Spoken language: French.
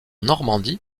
normandie